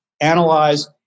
analyze